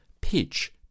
pitch